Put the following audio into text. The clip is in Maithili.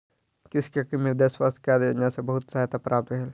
कृषक के मृदा स्वास्थ्य कार्ड योजना सॅ बहुत सहायता प्राप्त भेल